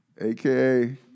AKA